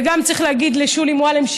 וגם צריך להגיד לשולי מועלם,